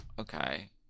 Okay